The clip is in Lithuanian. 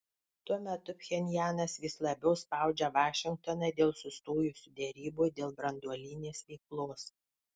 tuo metu pchenjanas vis labiau spaudžia vašingtoną dėl sustojusių derybų dėl branduolinės veiklos